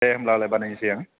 दे होनब्लालाय बानायनोसै आं